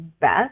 best